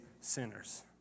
sinners